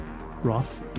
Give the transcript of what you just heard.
Roth